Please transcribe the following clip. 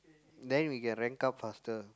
then we can rank up faster